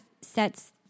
sets